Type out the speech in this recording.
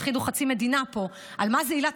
הפחידו חצי מדינה פה על מה זאת עילת